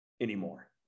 anymore